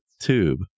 tube